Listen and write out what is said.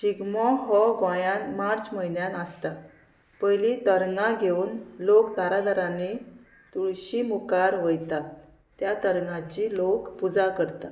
शिगमो हो गोंयान मार्च म्हयन्यान आसता पयली तरंगां घेवन लोक दारादारांनी तुळशी मुखार वयतात त्या तरंगाची लोक पुजा करता